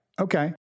Okay